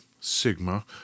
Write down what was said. Sigma